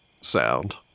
sound